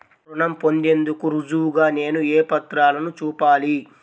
రుణం పొందేందుకు రుజువుగా నేను ఏ పత్రాలను చూపాలి?